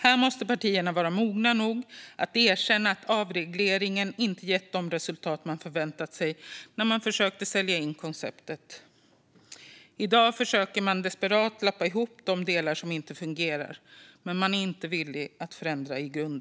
Här måste partierna vara mogna nog att erkänna att avregleringen inte har gett de resultat man förväntade sig när man försökte sälja in konceptet. I dag försöker man desperat lappa ihop de delar som inte fungerar, men man är inte villig att förändra grunden.